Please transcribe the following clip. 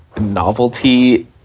novelty